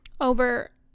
over